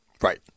Right